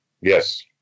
Yes